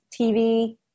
TV